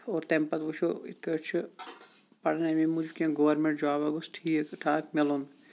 اور تمہِ پَتہٕ وٕچھو اِتھ کٲٹھۍ چھُ پَرن امہِ موٗجُب کینٛہہ گورمنٛٹ جابا گوٚژھ ٹھیٖکھ ٹھاک مِلُن